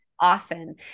Often